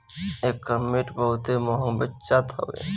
एकर meat बहुते महंग बेचल जात हवे